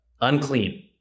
unclean